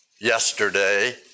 yesterday